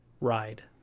ride